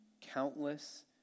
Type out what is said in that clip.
countless